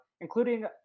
including